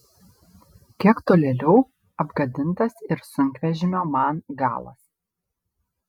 kiek tolėliau apgadintas ir sunkvežimio man galas